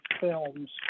films